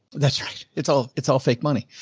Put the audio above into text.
that's right. it's all, it's all fake money.